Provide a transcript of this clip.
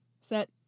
set